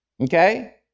Okay